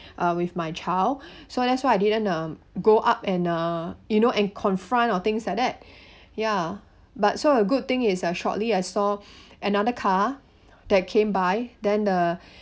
uh with my child so that's why I didn't um go up and uh you know and confront or things like that ya but so a good thing is uh shortly I saw another car that came by then the